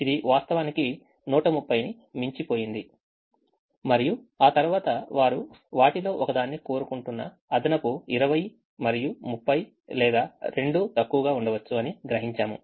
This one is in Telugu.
ఇది వాస్తవానికి 130 ని మించిపోయింది మరియు ఆ తర్వాత వారు వాటిలో ఒకదాన్ని కోరుకుంటున్న అదనపు 20 మరియు 30 లేదా రెండూ తక్కువగా ఉండవచ్చు అని గ్రహించాము